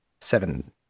seven